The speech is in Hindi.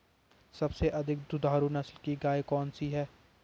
सबसे अधिक दुधारू नस्ल की गाय कौन सी है?